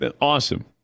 awesome